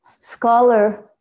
scholar